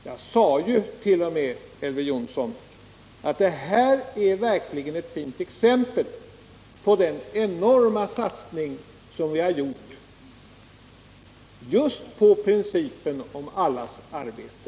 Jag sade jut.o.m., Elver Jonsson, att det här är verkligen ett fint exempel på den enorma satsning som vi har gjort just på principen allas rätt till arbete.